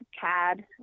CAD